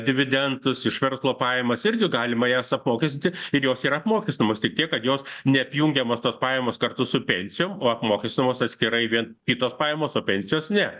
dividendus iš verslo pajamas irgi galima jas apmokestinti ir jos yra apmokestinamos tik tiek kad jos neapjungiamos tos pajamos kartu su pensijom o apmokestinamos atskirai vien kitos pajamos o pensijos ne